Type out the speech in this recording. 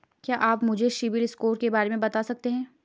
क्या आप मुझे सिबिल स्कोर के बारे में बता सकते हैं?